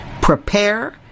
Prepare